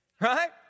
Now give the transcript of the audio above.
right